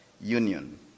union